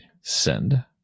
Send